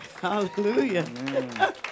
Hallelujah